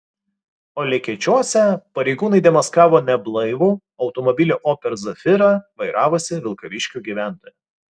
o lekėčiuose pareigūnai demaskavo neblaivų automobilį opel zafira vairavusį vilkaviškio gyventoją